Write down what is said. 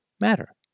matter